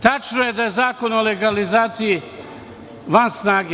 Tačno je da je Zakon o legalizaciji van snage.